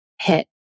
hit